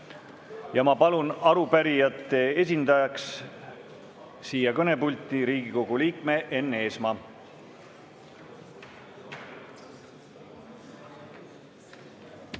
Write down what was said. Ma palun arupärijate esindajaks siia kõnepulti Riigikogu liikme Enn Eesmaa.